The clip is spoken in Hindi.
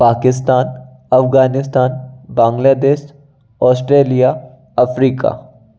Pakistan Afghanistan Bangladesh Australia Africa